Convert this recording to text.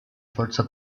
forza